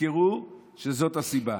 תזכרו שזאת הסיבה.